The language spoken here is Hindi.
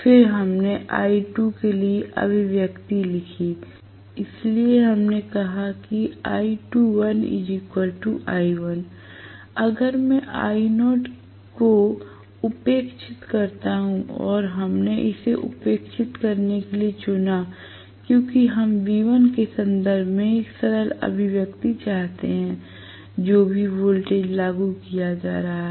फिर हमने I2 के लिए अभिव्यक्ति लिखी इसलिए हमने कहा कि अगर मैं I0 को उपेक्षित करता हूं और हमने इसे उपेक्षित करने के लिए चुना क्योंकि हम V1 के संदर्भ में एक सरल अभिव्यक्ति चाहते थे जो भी वोल्टेज लागू किया जा रहा है